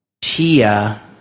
Tia